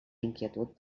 inquietud